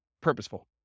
purposeful